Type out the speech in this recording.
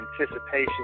anticipation